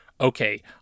okay